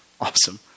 awesome